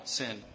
sin